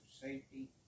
safety